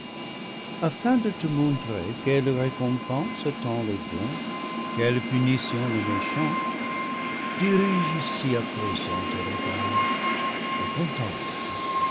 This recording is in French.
afin de te montrer quelle récompense attend les bons quelle punition les méchants dirige ici à présent tes regards et contemple